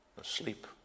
asleep